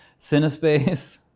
CineSpace